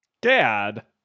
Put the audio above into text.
Dad